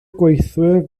gweithwyr